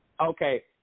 Okay